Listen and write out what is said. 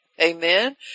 Amen